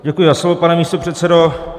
Děkuji za slovo, pane místopředsedo.